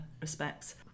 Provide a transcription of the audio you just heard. respects